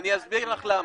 אני אסביר לך למה.